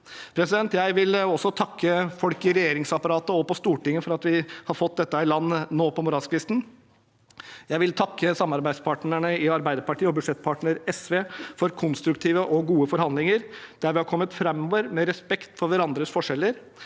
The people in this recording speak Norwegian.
Jeg vil også takke folk i regjeringsapparatet og på Stortinget for at vi har fått dette i land nå på morgenkvis ten. Jeg vil takke samarbeidspartnerne i Arbeiderpartiet og budsjettpartner SV for konstruktive og gode forhandlinger, der vi har kommet framover med respekt for hverandres forskjeller,